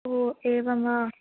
ओ एवं वा